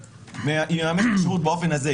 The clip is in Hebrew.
היא ממנת את השירות באופן הזה,